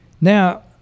Now